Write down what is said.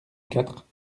quatre